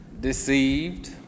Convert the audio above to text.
deceived